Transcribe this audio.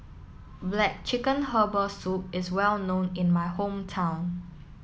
Black Chicken Herbal Soup is well known in my hometown